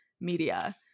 media